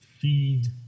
feed